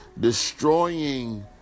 destroying